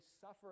suffer